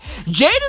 Jaden